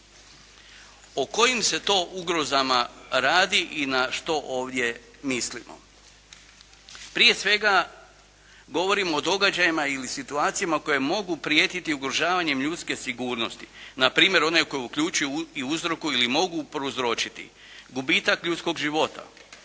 O kojim se to ugrozama radi i na što ovdje mislimo? Prije svega, govorimo o događajima ili situacijama koji mogu prijetiti ugrožavanjem ljudske sigurnosti, npr. oni koji uključuju i uzrokuju ili mogu prouzročiti gubitak ljudskog života,